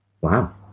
Wow